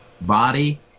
Body